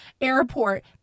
airport